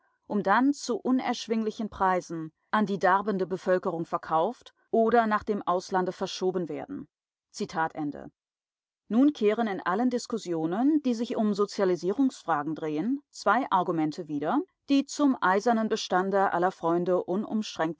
um dann zu unerschwinglichen preisen an die darbende bevölkerung verkauft oder nach dem auslande verschoben zu werden nun kehren in allen diskussionen die sich um sozialisierungsfragen drehen zwei argumente wieder die zum eisernen bestande aller freunde